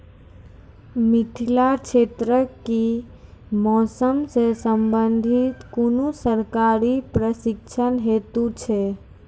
मिथिला क्षेत्रक कि मौसम से संबंधित कुनू सरकारी प्रशिक्षण हेतु छै?